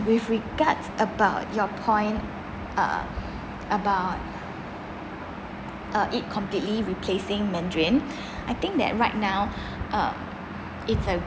with regards about your point uh about uh it completely replacing mandarin I think that right now um its a